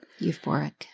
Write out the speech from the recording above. Euphoric